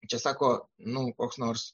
čia sako nu koks nors